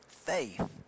Faith